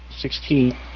sixteen